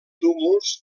túmuls